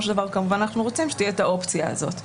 של דבר כמובן אנחנו רוצים שתהיה האופציה הזאת.